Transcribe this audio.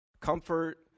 Comfort